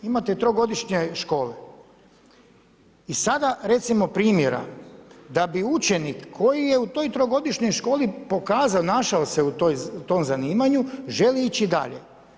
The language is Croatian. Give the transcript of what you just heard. Imate trogodišnje škole i sada recimo primjera da bi učenik koji je u toj trogodišnjoj školi pokazao, našao se u tom zanimanju želi ići dalje.